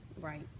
Right